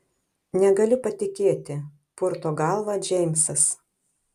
negaliu patikėti purto galvą džeimsas